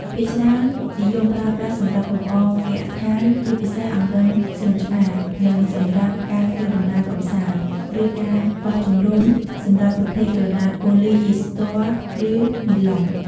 ភាគច្រើននិយមប្រើប្រាស់សម្រាប់លម្អគេហដ្ឋាន ជាពិសេសអង្រឹងសួនច្បារ និងសម្រាប់ការធ្វើដំណើរកម្សាន្ត ឬការបោះជំរុំសម្រាប់ប្រភេទក្រណាត់ប៉ូលីយីស្ទ័រឬនីឡុង។